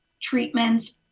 treatments